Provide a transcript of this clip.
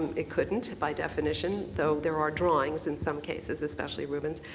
it couldn't by definition, though there are drawings in some cases, especially rubens.